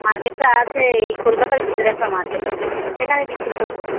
মার্কেটটা আছে এই কলকাতার ভিতরে একটা মার্কেট আছে সেখানে বিক্রি করবো